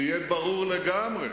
שיהיה ברור לגמרי